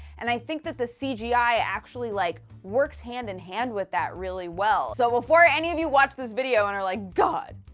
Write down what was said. and i think that the cgi actually, like, works hand in hand with that really well. so before any of you watch this video and are like god.